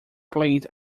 played